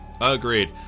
Agreed